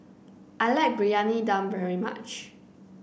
I like Briyani Dum very much